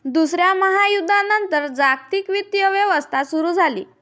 दुसऱ्या महायुद्धानंतर जागतिक वित्तीय व्यवस्था सुरू झाली